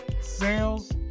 sales